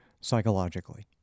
psychologically